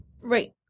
Right